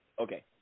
Okay